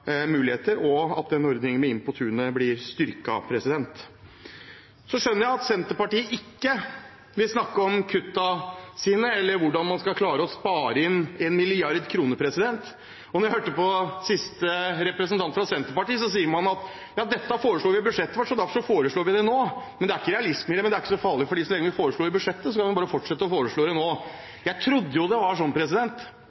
muligheter, og at Inn på tunet-ordningen blir styrket. Så skjønner jeg at Senterpartiet ikke vil snakke om kuttene sine, eller om hvordan man skal klare å spare inn 1 mrd. kr. Og det jeg hørte siste representant fra Senterpartiet si, var at man foreslo det i budsjettet, så derfor foreslår vi det nå også. Det er ikke realisme i det, men det er ikke så farlig, for så lenge vi foreslo det i budsjettet, kan vi bare fortsette å foreslå det